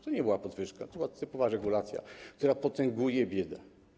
To nie była podwyżka, to była typowa regulacja, która potęguje biedę.